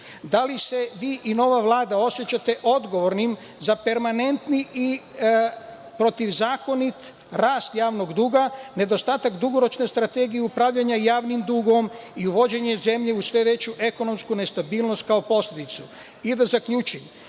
da li se vi i nova Vlada osećate odgovornim za permanentni i protivzakonit rast javnog duga, nedostatak dugoročne strategije upravljanja javnim dugom i vođenje zemlje u sve veću ekonomsku nestabilnost kao posledicu? Da zaključim,